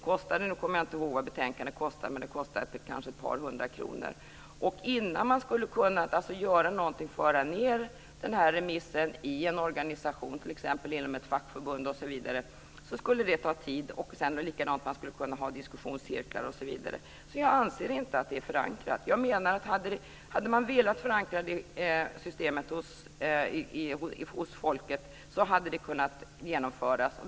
Jag kommer inte ihåg vad betänkandet kostade, men det kostade kanske ett par hundra kronor. Det tar tid att föra ned den här remissen i en organisation, t.ex. inom ett fackförbund. Likadant om man vill ha diskussionscirklar osv. Därför anser jag inte att det är förankrat. Jag menar att om man hade velat förankra systemet hos folket hade det kunnat genomföras.